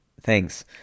Thanks